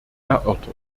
erörtert